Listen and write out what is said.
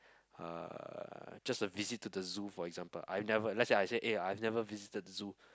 uh just a visit to the zoo for example I've never let's say I said eh I've never visited the zoo